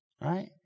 right